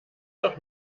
doch